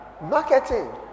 Marketing